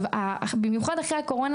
במיוחד אחרי הקורונה,